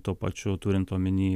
tuo pačiu turint omeny